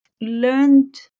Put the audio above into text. learned